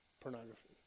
pornography